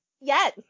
Yes